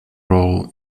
role